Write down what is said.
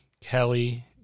Kelly